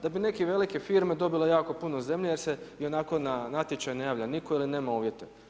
Da bi neke velike firme dobile jako puno zemlje jer se ionako na natječaje ne javlja nitko ili nema uvijete.